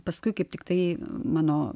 paskui kaip tiktai mano